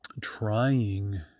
trying